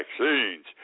vaccines